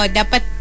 dapat